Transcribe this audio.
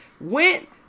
went